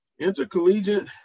Intercollegiate